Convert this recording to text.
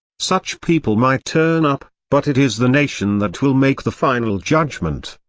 such people might turn up, but it is the nation that will make the final judgment.